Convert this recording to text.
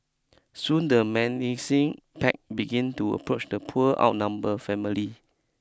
soon the menacing pack began to approach the poor outnumber family